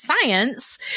science